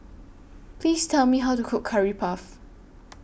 Please Tell Me How to Cook Curry Puff